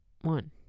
One